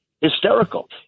hysterical